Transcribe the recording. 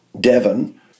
Devon